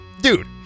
dude